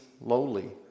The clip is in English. lowly